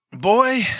Boy